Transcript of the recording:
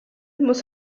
muss